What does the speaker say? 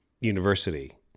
University